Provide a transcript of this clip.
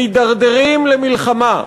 מידרדרים למלחמה.